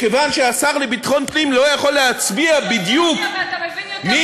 מכיוון שהשר לביטחון פנים לא יכול להצביע בדיוק מי